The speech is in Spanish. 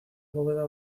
bóveda